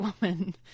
woman